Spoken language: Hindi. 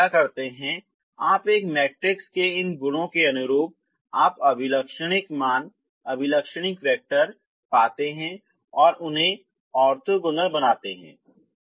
अब आप क्या करते हैं आप एक मैट्रिक्स के इन गुणों के अनुरूप आप अभिलक्षणिक मान अभिलक्षणिक वैक्टर पाते हैं और उन्हें ऑर्थोगोनल बनाते हैं